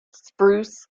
spruce